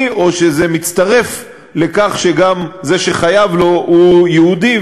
או שזה מצטרף לכך שזה שחייב לו הוא גם יהודי,